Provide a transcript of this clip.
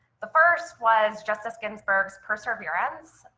the first was justice ginsburg's perseverance,